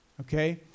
Okay